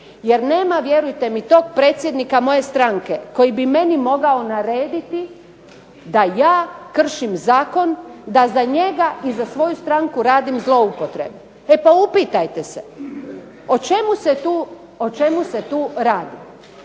jer nema vjerujte mi tog predsjednika moje stranke koji bi meni mogao narediti da ja kršim zakon, da za njega i za svoju stranku radim zloupotrebu. E pa upitajte se o čemu se tu rad.